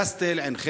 קסטל, עין-חמד,